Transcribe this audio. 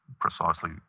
precisely